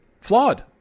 flawed